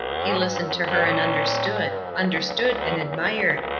he listened to her and understood understood and admired.